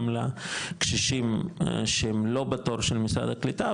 גם לקשישים שהם לא בתור של משרד הקליטה,